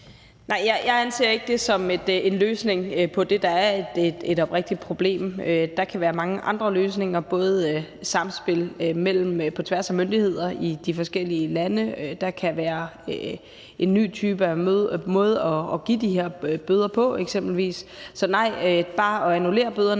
Nej, jeg anser ikke det som en løsning på det, der er et egentligt problem. Der kan være mange andre løsninger, f.eks. et samspil på tværs af myndighederne i de forskellige lande. Der kan eksempelvis også være en ny måde at give de her bøder på. Så nej, det at annullere bøderne